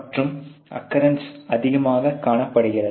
மற்றும் அக்கரன்ஸ் அதிகமாக காணப்படுகிறது